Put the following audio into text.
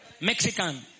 Mexican